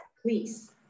Please